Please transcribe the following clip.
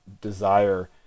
desire